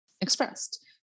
expressed